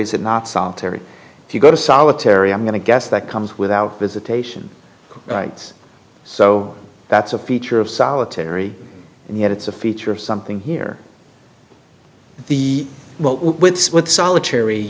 is it not solitary if you go to solitary i'm going to guess that comes without visitation rights so that's a feature of solitary and yet it's a feature of something here the what's what solitary